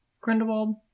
Grindelwald